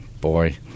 Boy